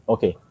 Okay